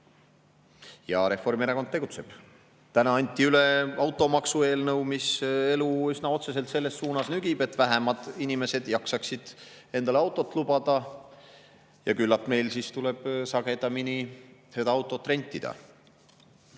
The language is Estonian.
Ja Reformierakond tegutseb: täna anti üle automaksu eelnõu, mis elu üsna otseselt selles suunas nügib, et vähemad inimesed jaksaksid endale autot lubada. Küllap meil tuleb siis sagedamini autot rentida.